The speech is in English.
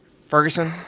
Ferguson